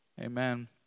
amen